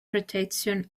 protection